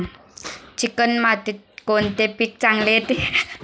Chicken मातीत कोणते पीक चांगले येते?